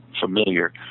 familiar